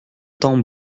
temps